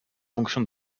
fonction